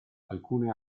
alcune